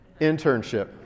internship